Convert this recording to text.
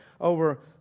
over